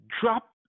drop